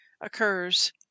occurs